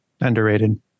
Underrated